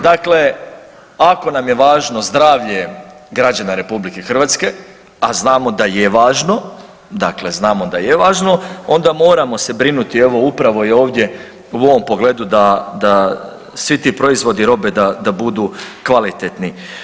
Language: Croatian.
Dakle, ako nam je važno zdravlje građana RH a znamo da je važno, dakle znamo da je važno, onda moramo se brinuti evo upravo i ovdje u ovom pogledu da svi ti proizvodi i robe da budu kvalitetni.